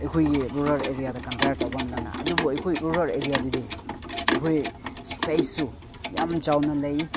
ꯑꯩꯈꯣꯏꯒꯤ ꯔꯨꯔꯦꯜ ꯑꯦꯔꯤꯌꯥꯗ ꯀꯝꯄꯦꯌꯥꯔ ꯇꯧꯕ ꯃꯇꯝꯗ ꯑꯗꯨꯕꯨ ꯑꯩꯈꯣꯏ ꯔꯨꯔꯦꯜ ꯑꯦꯔꯤꯌꯥꯗꯗꯤ ꯑꯩꯈꯣꯏ ꯏꯁꯄꯦꯁꯁꯨ ꯌꯥꯝ ꯆꯥꯎꯅ ꯂꯩ